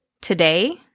Today